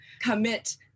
commit